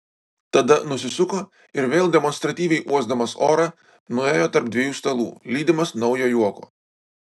tada nusisuko ir vėl demonstratyviai uosdamas orą nuėjo tarp dviejų stalų lydimas naujo juoko